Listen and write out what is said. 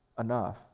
enough